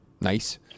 nice